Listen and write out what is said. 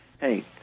hey